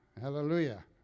hallelujah